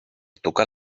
tocar